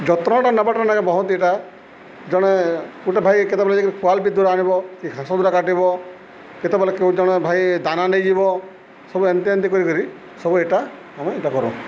ଯତ୍ନଟା ନବାଟା ନା ବହୁତ୍ ଏଇଟା ଜଣେ ଗୋଟେ ଭାଇ କେତେବେଳେ କୁଆଲ୍ ବିଦୂ ଆଣିବ କି ଘାସ ଦୂରା କାଟିବ କେତେବେଲେ କେଉଁ ଜଣେ ଭାଇ ଦାନା ନେଇଯିବ ସବୁ ଏମ୍ତି ଏମ୍ତି କରି କରିକି ସବୁ ଏଇଟା ଆମେ ଏଇଟା କରୁଁ